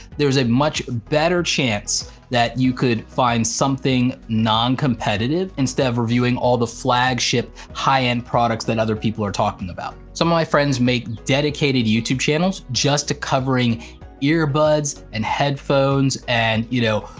there's a much better chance that you could find something non-competitive instead of reviewing all the flagship high-end products that other people are talking about. some of my friends make dedicated youtube channels just to covering earbuds and headphones, and you know,